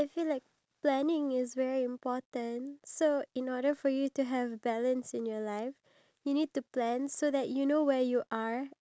be motivated so you must constantly think of your dreams like it's okay for you to you know just keep on dreaming because that